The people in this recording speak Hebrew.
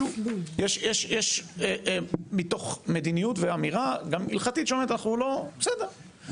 יש מתוך מדיניות ואמירה גם הלכתית שאומרת אנחנו לא בסדר.